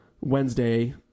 Wednesday